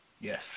Yes